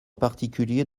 particulier